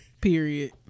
Period